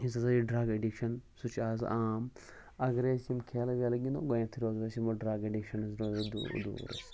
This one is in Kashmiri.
یُس ہَسا یہِ ڈرٛگ ایٚڈِکشَن سُہ چھِ آز عام اگرَے أسۍ یِم کھیلہٕ ویلہٕ گِنٛدو گۄڈنٮ۪تھٕے روزو أسۍ یِمو ڈرٛگ ایٚڈِکشَن نِش روزو دوٗر دوٗر أسۍ